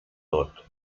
tot